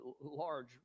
large